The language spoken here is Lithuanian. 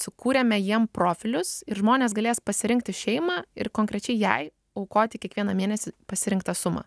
sukūrėme jiem profilius ir žmonės galės pasirinkti šeimą ir konkrečiai jai aukoti kiekvieną mėnesį pasirinktą sumą